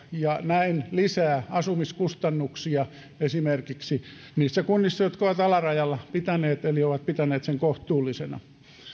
ja näin lisää asumiskustannuksia esimerkiksi niissä kunnissa jotka ovat sen alarajalla pitäneet eli ovat pitäneet sen kohtuullisena